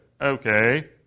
okay